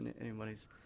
anybody's